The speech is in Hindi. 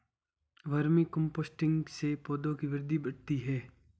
वर्मी कम्पोस्टिंग से पौधों की वृद्धि बढ़ती है